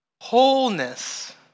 wholeness